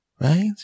right